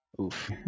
oof